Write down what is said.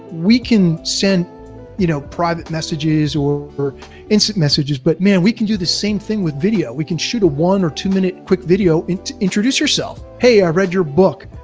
we can send you know private messages or or instant messages but man, we can do the same thing with video. we can shoot a one or two minute quick video to introduce yourself. hey, i read your book.